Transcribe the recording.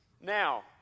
Now